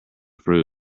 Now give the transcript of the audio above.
fruit